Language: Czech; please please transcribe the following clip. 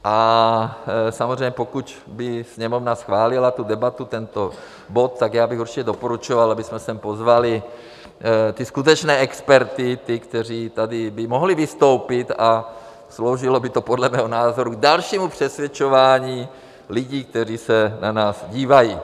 A samozřejmě pokud by Sněmovna schválila tu debatu, tento bod, tak bych určitě doporučoval, abychom sem pozvali skutečné experty, ty, kteří by tady mohli vystoupit, a sloužilo by to podle mého názoru dalšímu přesvědčování lidí, kteří se na nás dívají.